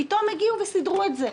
רק אז פתאום הגיעו וסידרו את זה,